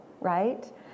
right